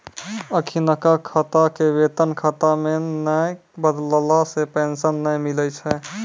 अखिनका खाता के वेतन खाता मे नै बदलला से पेंशन नै मिलै छै